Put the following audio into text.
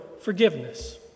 forgiveness